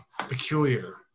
peculiar